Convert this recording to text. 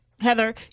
Heather